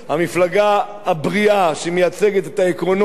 המפלגה הבריאה שמייצגת את העקרונות,